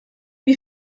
wir